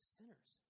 sinners